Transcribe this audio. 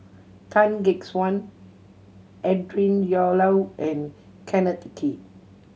Tan Gek Suan Adrin and Kenneth Kee